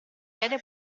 piede